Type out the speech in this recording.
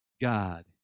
God